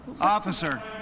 Officer